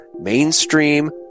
mainstream